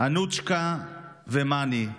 אנוצקאה ומאני.